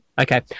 Okay